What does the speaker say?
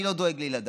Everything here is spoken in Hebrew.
אני לא דואג לילדיי,